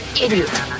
idiot